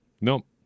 Nope